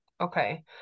Okay